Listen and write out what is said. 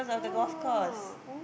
oh